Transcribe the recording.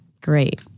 great